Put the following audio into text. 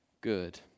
good